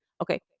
Okay